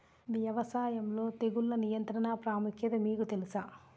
వ్యవసాయంలో తెగుళ్ల నియంత్రణ ప్రాముఖ్యత మీకు తెలుసా?